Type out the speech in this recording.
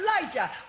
elijah